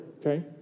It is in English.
okay